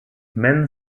men